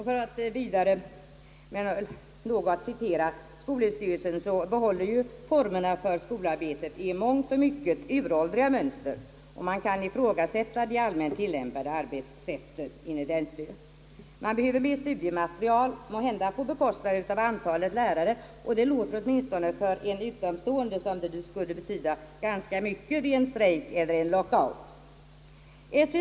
För att vidare citera skolöverstyrelsen behåller formerna för skolarbetet i mångt och mycket uråldriga mönster, och man kan ifrågasätta det riktiga i det allmänt tillämpade arbetssättet. Man behöver mer studiemateriel, måhända på bekostnad av antalet lärare, och det låter åtminstone för en utomstående som om det skulle betyda ganska mycket vid en strejk eller en lockout.